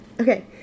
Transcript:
okay